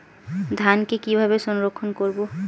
ধানকে কিভাবে সংরক্ষণ করব?